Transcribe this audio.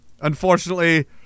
Unfortunately